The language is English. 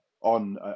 on